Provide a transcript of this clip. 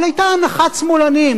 אבל היתה הנחת שמאלנים,